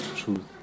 truth